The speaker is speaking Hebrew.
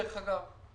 דרך אגב.